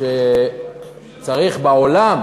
שבעולם